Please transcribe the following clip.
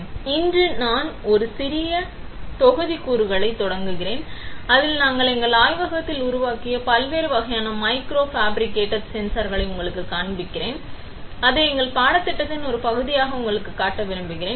நல்வரவு இன்று நாங்கள் ஒரு சிறிய தொகுதிக்கூறுகளைத் தொடங்குகிறோம் அதில் நாங்கள் எங்கள் ஆய்வகத்தில் உருவாக்கிய பல்வேறு வகையான மைக்ரோ ஃபேப்ரிக்கேட்டட் சென்சார்களை உங்களுக்குக் காண்பிக்கிறோம் அதை எங்கள் பாடத்திட்டத்தின் ஒரு பகுதியாக உங்களுக்குக் காட்ட விரும்புகிறோம்